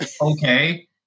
okay